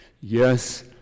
Yes